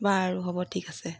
বাৰু হ'ব ঠিক আছে